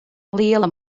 liela